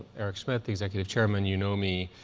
eric schmidt, the executive chairman. you know me.